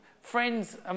Friends